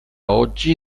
oggi